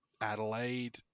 Adelaide